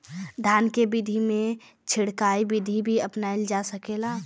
धान के सिचाई में छिड़काव बिधि भी अपनाइल जा सकेला?